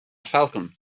falcon